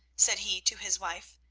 said he to his wife,